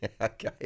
Okay